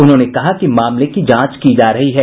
उन्होंने कहा कि मामले की जांच की जा रही है